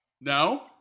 No